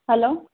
hello